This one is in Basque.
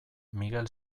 miguel